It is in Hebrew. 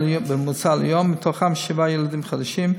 מתוכם שבעה ילדים חדשים,